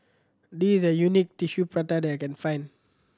this is the best Tissue Prata that I can find